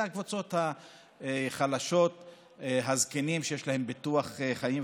הקבוצות החלשות, הזקנים שיש להם ביטוח חיים.